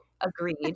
agreed